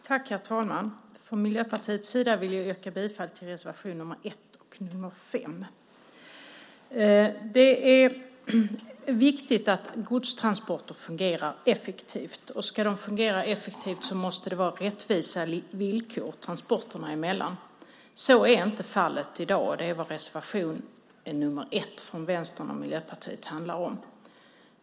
Herr talman! Från Miljöpartiets sida vill jag yrka bifall till reservationerna 1 och 5. Det är viktigt att godstransporter fungerar effektivt. Ska de fungera effektivt måste det vara rättvisa villkor transporterna emellan. Så är det inte i dag. Det är vad reservation 1, från Vänstern och Miljöpartiet, handlar om.